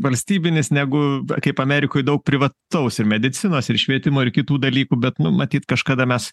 valstybinis negu kaip amerikoj daug privataus ir medicinos ir švietimo ir kitų dalykų bet nu matyt kažkada mes